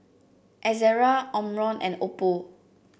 Ezerra Omron and Oppo